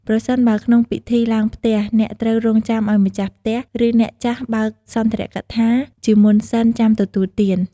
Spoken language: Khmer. ប្រសិនបើក្នុងពិធីឡើងផ្ទះ អ្នកត្រូវរងចាំឲ្យម្ចាស់ផ្ទះ ឬអ្នកចាស់បើកសុន្ទរកថាជាមុនសិន ចាំទទួលទាន។